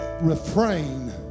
refrain